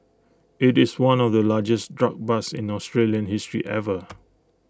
IT is one of the largest drug busts in Australian history ever